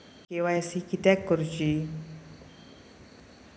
KYC किदयाक करूची?